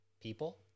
people